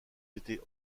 été